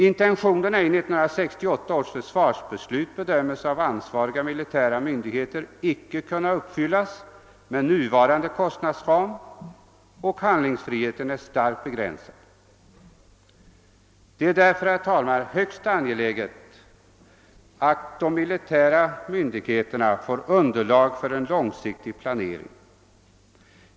Intentionerna i 1968 års försvarsbeslut bedöms av ansvariga militära myndigheter inte kunna uppfyllas med nuvarande kostnadsram, och handlingsfriheten är starkt begränsad. Det är där för högst angeläget att de militära myndigheterna får underlag för en långsiktig planering.